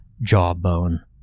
jawbone